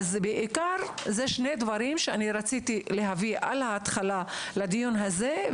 אלו שתי הנקודות שרציתי להביא בתחילת הדיון הזה.